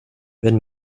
wenn